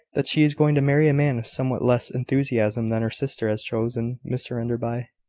that she is going to marry a man of somewhat less enthusiasm than her sister has chosen, mr enderby.